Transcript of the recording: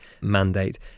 mandate